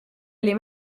oli